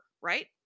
right